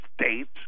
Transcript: States